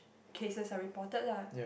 cases are reported lah